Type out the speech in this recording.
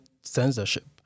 Censorship